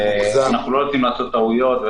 אנחנו לא רוצים לעשות טעויות.